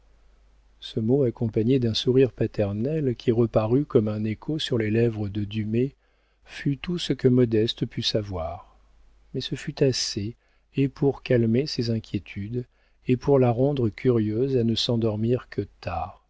ce mot accompagné d'un sourire paternel qui reparut comme un écho sur les lèvres de dumay fut tout ce que modeste put savoir mais ce fut assez et pour calmer ses inquiétudes et pour la rendre curieuse à ne s'endormir que tard